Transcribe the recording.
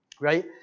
right